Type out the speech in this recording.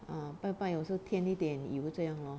ah 拜拜我是添一点油这样咯